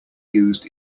used